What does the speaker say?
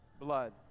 blood